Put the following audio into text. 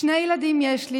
שני ילדים יש לי,